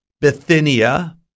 Bithynia